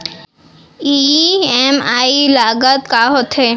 EMI लागत का होथे?